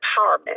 empowerment